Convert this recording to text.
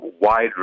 wide